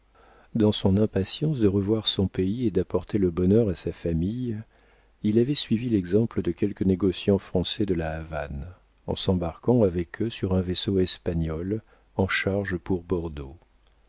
dans son impatience de revoir son pays et d'apporter le bonheur à sa famille il avait suivi l'exemple de quelques négociants français de la havane en s'embarquant avec eux sur un vaisseau espagnol en charge pour bordeaux